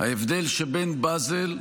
ההבדל בין בזל,